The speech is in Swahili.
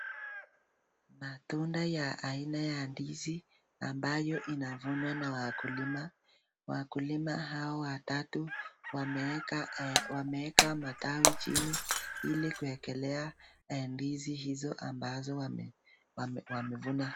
Matunda ya aina ya ndizi ambayo inavunwa na wakulima. Wakulima hawa watatu wameweka matawi chini ili kuwekelea ndizi hizo ambazo wamevuna.